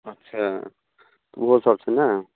अच्छा तऽ ओहो सभ छै ने